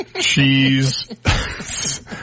cheese